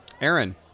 Aaron